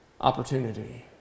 opportunity